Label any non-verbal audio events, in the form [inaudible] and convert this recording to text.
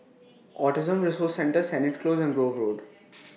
Autism Resource Centre Sennett Close and Grove Road [noise]